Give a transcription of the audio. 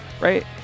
right